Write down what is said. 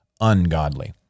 ungodly